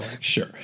sure